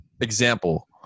example